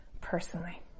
personally